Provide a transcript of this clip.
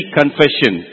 confession